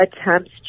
attempts